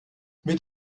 mit